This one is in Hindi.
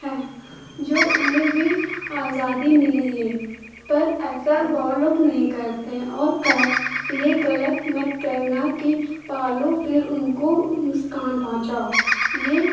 हैं जो उन्हें भी आज़ादी मिली है पर ऐसा बहुत लोग नहीं करते हैं और का ये ग़लत मत करना कि पालो फिर उनको नुकसान पहुँचाओ ये